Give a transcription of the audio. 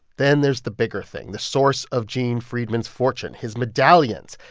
then there's the bigger thing, the source of gene friedman's fortune his medallions.